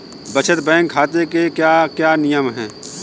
बचत बैंक खाते के क्या क्या नियम हैं?